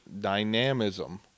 dynamism